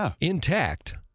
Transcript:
intact